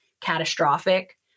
catastrophic